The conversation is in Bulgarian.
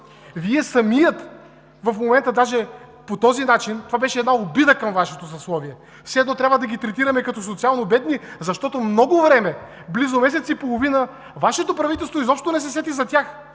ние говорим за актьори. В момента това беше обида към Вашето съсловие. Все едно трябва да ги третираме за социалнобедни, защото много време – близо месец и половина, Вашето правителство изобщо не се сети за тях.